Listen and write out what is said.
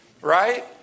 right